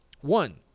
One